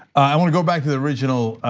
i want to go back to the original